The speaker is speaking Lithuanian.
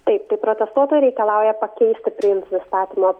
taip tai protestuotojai reikalauja pakeisti priimto įstatymo